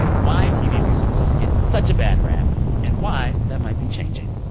why tv musicals get such a bad rap and why that might be changing.